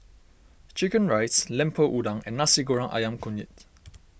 Chicken Rice Lemper Udang and Nasi Goreng Ayam Kunyit